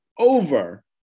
over